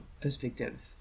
perspective